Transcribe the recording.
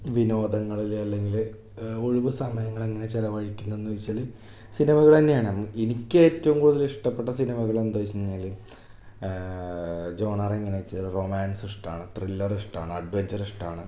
വിനോദങ്ങളിൽ അല്ലെങ്കിൽ ഒഴിവ് സമയങ്ങളെങ്ങനെ ചിലവഴിക്കണതെന്നു വെച്ചാൽ സിനിമകൾ തന്നെയാണ് എനിക്കേറ്റവും കൂടുതലിഷ്ടപ്പെട്ട സിനിമകളെന്താണെന്നു വെച്ചു കഴിഞ്ഞാൽ ജോണാറിങ്ങനെ വെച്ച് റൊമാൻസിഷ്ടമാണ് ത്രില്ലറിഷ്ടമാണ് അഡ്വഞ്ചറിഷ്ടമാണ്